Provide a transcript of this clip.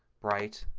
bright,